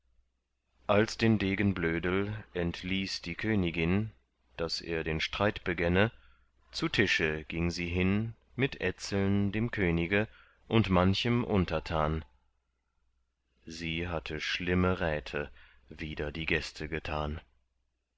als den degen blödel entließ die königin daß er den streit begänne zu tische ging sie hin mit etzeln dem könige und manchem untertan sie hatte schlimme räte wider die gäste getan